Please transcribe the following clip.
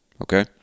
okay